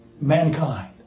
mankind